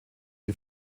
die